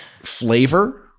flavor